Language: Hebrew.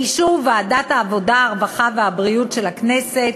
באישור ועדת העבודה, הרווחה והבריאות של הכנסת,